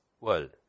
world